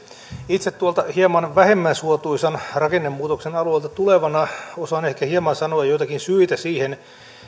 itse tuolta hieman vähemmän suotuisan rakennemuutoksen alueelta tulevana osaan ehkä hieman sanoa joitakin syitä siihen